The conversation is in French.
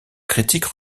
critique